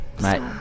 Mate